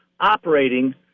operating